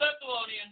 Thessalonians